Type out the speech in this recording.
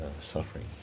Suffering